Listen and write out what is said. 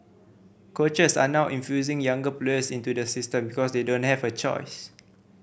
coaches are now infusing younger players into the system because they don't have a choice